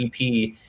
EP